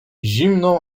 zimną